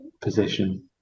position